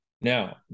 now